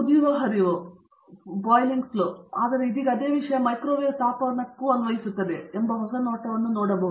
pool ಕುದಿಯುವ ಹರಿವು ಇತ್ಯಾದಿ ಆದರೆ ಇದೀಗ ಅದೇ ವಿಷಯ ಮೈಕ್ರೊವೇವ್ ತಾಪನಕ್ಕೆ ಅನ್ವಯಿಸುತ್ತದೆ ಮತ್ತು ಹೊಸ ನೋಟವನ್ನು ತೆಗೆದುಕೊಂಡಿದೆ